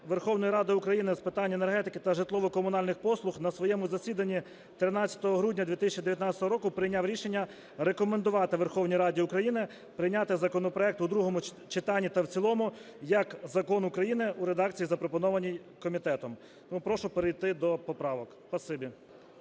Верховної Ради України з питань енергетики та житлово-комунальних послуг на своєму засіданні 13 грудні 2019 року прийняв рішення рекомендувати Верховній Раді України прийняти законопроект у другому читанні та в цілому як закон України у редакції, запропонованій комітетом. Прошу перейти до поправок.